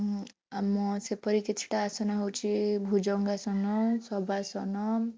ଆମ ସେପରି କିଛିଟା ଆସନ ହେଉଛି ଭୁଜଂଗାସନ ସବାସନ